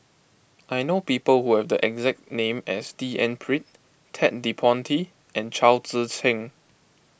I know people who have the exact name as D N Pritt Ted De Ponti and Chao Tzee Cheng